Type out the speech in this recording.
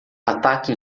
ataque